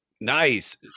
Nice